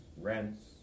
rents